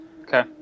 Okay